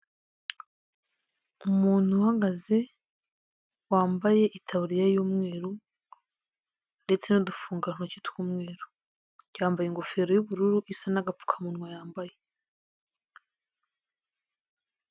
Umuntu uhagaze wambaye itaburiya y'umweru ndetse n'udufungatoki tw'umweru, yambaye ingofero y'ubururu isa n'agapfukamunwa yambaye.